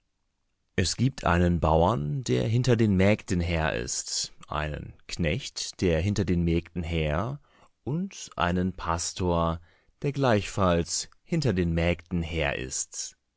es gibt einen bauern der hinter den mägden her ist einen knecht der hinter den mägden her und einen pastor der gleichfalls hinter den mägden her ist